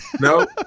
No